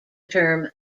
term